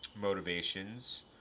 motivations